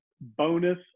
bonus